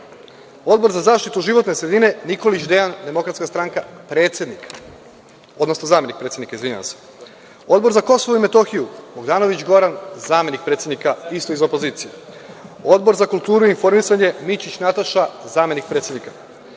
Odbor za zaštitu životne sredine, Nikolić Dejan, DS, predsednik, odnosno zamenik predsednika. Odbor za Kosovo i Metohiju, Bogdanović Goran, zamenik predsednika, isto iz opozicije. Odbor za kulturu i informisanje, Mićić Nataša, zamenik predsednika.